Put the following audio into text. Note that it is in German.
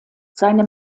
seine